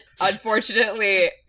unfortunately